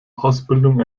ausbildung